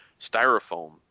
styrofoam